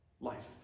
life